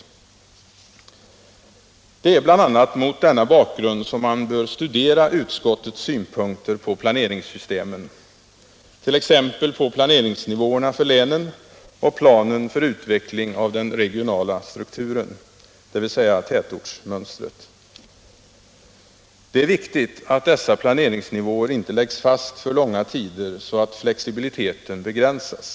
Nr 47 Det är bl.a. mot denna bakgrund som man bör studera utskottets syn Torsdagen den punkter på planeringssystemen, t.ex. planeringsnivåerna för länen och pla 16 december 1976 nen för utveckling av den regionala strukturen, dvs. tätortsmönstret. Det är viktigt att dessa planeringsnivåer inte läggs fast för långa tider så att Samordnad flexibiliteten begränsas.